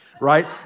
right